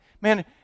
man